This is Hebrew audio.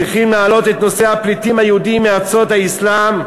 צריכים להעלות את נושא הפליטים היהודים מארצות האסלאם,